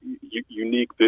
unique